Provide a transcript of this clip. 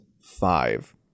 five